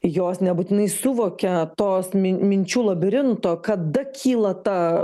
jos nebūtinai suvokia tos min minčių labirinto kada kyla ta